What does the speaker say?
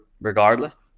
regardless